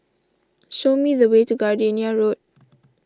show me the way to Gardenia Road